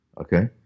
Okay